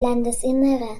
landesinnere